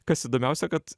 kas įdomiausia kad